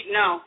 no